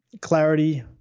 clarity